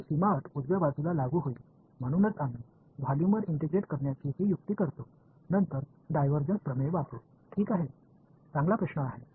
எனவே அதனால்தான் கொள்ளளவை ஒருங்கிணைப்பதற்கான இந்த தந்திரத்தை நாங்கள் செய்கிறோம் பின்னர் டைவர்ஜன்ஸ் தேற்றத்தைப் பயன்படுத்துகிறோம்